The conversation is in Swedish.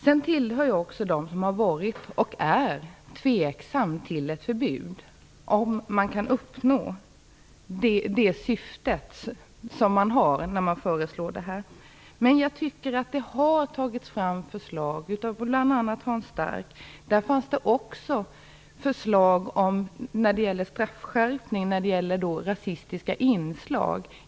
Jag tillhör också dem som har varit och är tveksam till ett förbud. Kan man uppnå det syfte man har när man föreslår detta förbud? Men det har tagits fram förslag, bl.a. av Hans Stark, som också tar med straffskärpning när det gäller rasistiska inslag.